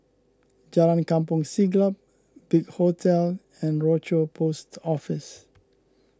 Jalan Kampong Siglap Big Hotel and Rochor Post Office